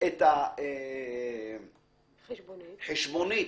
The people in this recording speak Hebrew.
את החשבונית